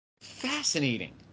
fascinating